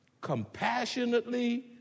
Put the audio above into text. compassionately